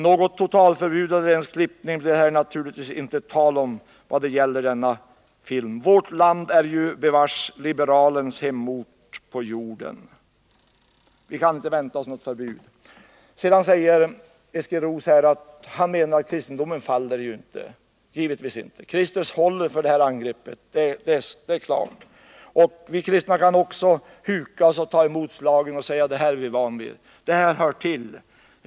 Något totalförbud eller ens klippning blir det naturligtvis inte tal om vad det gäller denna film. Vårt land är ju bevars liberalens hemort på jorden.” Vi kan inte vänta oss något förbud mot att denna film visas. Eskil Roos menar att kristendomen därmed givetvis inte faller. Det är klart att Kristus håller stånd mot ett sådant angrepp. Vi kristna kan också huka oss och ta emot slagen och säga att det här är vi vana vid. Det här hör till.